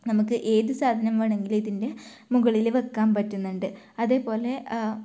നമുക്ക് ഏത് സാധനം വേണമെങ്കിലും ഇതിൻ്റെ മുകളിൽ വെക്കാൻ പറ്റുന്നുണ്ട് അതേപോലെ